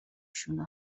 شونه